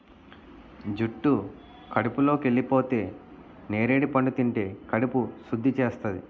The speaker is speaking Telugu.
జుట్టు కడుపులోకెళిపోతే నేరడి పండు తింటే కడుపు సుద్ధి చేస్తాది